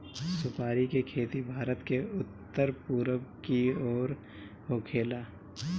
सुपारी के खेती भारत के उत्तर पूरब के ओर होखेला